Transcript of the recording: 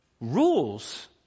rules